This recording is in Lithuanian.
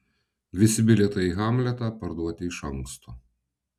visi bilietai į hamletą parduoti iš anksto